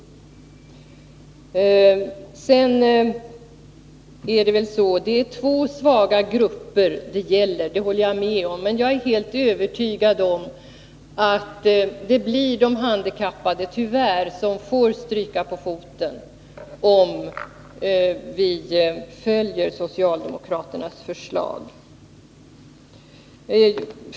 Det är två svaga grupper det gäller — det håller jag med om. Men jag är helt övertygad om att det tyvärr blir de handikappade som får stryka på foten, om vi följer socialdemokraternas förslag.